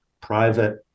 private